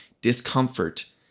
Discomfort